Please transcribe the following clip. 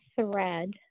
thread